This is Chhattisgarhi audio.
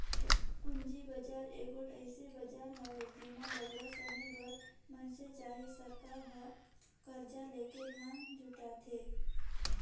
पूंजी बजार एगोट अइसन बजार हवे जेम्हां बगरा समे बर मइनसे चहे सरकार हर करजा लेके धन जुटाथे